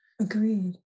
Agreed